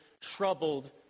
troubled